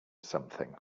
something